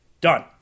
done